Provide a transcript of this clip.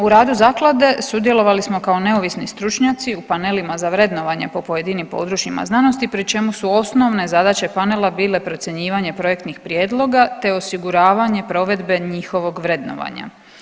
U radu zaklade sudjelovali smo kao neovisni stručnjaci u panelima za vrednovanje po pojedinim područjima znanosti pri čemu su osnovne zadaće panela bile procjenjivanje projektnih prijedloga te osiguravanje provedbe njihovog vrednovanja.